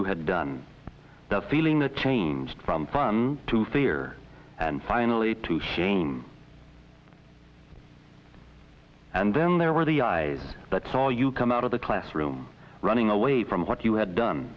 you had done the feeling changed from from to fear and finally to shame and then there were the eyes that saw you come out of the classroom running away from what you had done